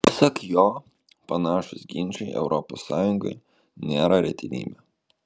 pasak jo panašūs ginčai europos sąjungoje nėra retenybė